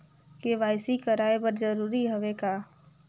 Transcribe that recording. KYC कराय बर जरूरी हवे का?